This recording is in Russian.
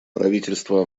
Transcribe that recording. правительство